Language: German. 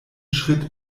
schritt